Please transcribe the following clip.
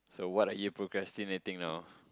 so what are you procrastinating now